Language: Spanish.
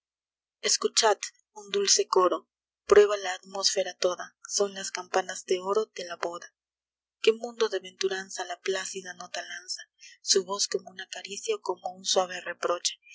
escuchad un dulce coro puebla la atmósfera toda son las campanas de oro de la boda qué mundo de venturanza la plácida nota lanza su voz como una caricia o como un suave reproche